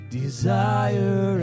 desire